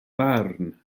farn